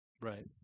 Right